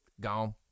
gone